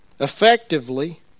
effectively